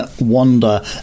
Wonder